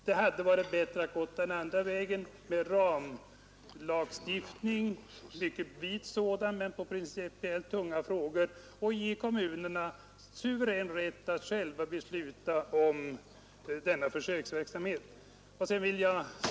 Det hade varit bättre att gå den andra vägen med ramlagstiftning — en mycket vid sådan men omfattande principiellt tunga frågor — och ge kommunerna suverän rätt att själva besluta om försöksverksamheten.